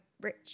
rich